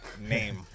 name